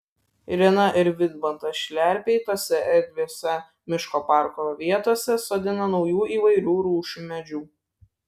irena ir vidmantas šliarpai tose erdviose miško parko vietose sodina naujų įvairių rūšių medžių